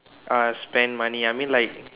uh spend money I mean like